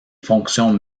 fonctions